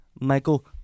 Michael